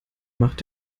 macht